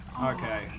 Okay